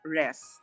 rest